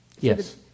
Yes